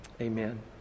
Amen